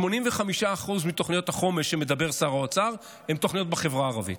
85% מתוכניות החומש שמדבר עליהן שר האוצר הן תוכניות בחברה הערבית,